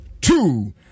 two